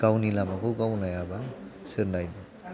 गावनि लामाखौ गाव नायाब्ला सोर नायनो